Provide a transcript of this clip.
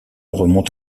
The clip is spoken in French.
remonte